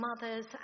mothers